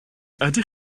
ydych